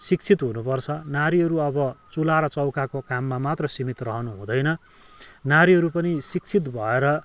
शिक्षित हुनुपर्छ नारीहरू अब चुला र चौकाको काममा मात्र सीमित रहनु हुँदैन नारीहरू पनि शिक्षित भएर